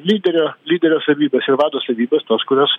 lyderio lyderio savybes ir vado savybes tos kurios